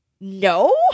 No